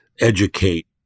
educate